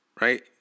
right